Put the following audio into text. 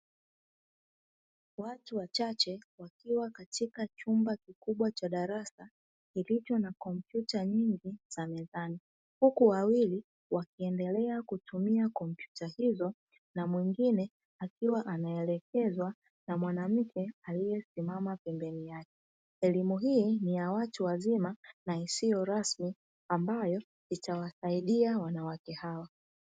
Watu wachache wakiwa katika chumba kikubwa cha darasa kilicho na kompyuta nyingi za mezani. Huku wawili wakiendelea kutumia kompyuta hizo na mwingine akiwa anaelekezwa na mwanamke aliyesimama pembeni yake. Elimu hii ni ya watu wazima na isiyo rasmi ambayo itawasaidia wanawake hawa.